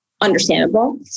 understandable